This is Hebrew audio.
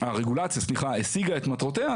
שהרגולציה השיגה את מטרותיה,